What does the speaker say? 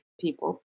people